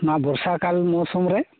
ᱱᱚᱣᱟ ᱵᱚᱨᱥᱟ ᱠᱟᱞ ᱢᱚᱣᱥᱩᱢ ᱨᱮ